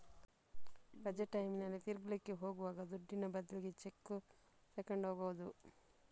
ರಜೆ ಟೈಮಿನಲ್ಲಿ ತಿರುಗ್ಲಿಕ್ಕೆ ಹೋಗುವಾಗ ದುಡ್ಡಿನ ಬದ್ಲಿಗೆ ಚೆಕ್ಕು ತಗೊಂಡು ಹೋಗುದು